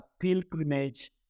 pilgrimage